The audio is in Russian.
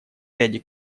ряде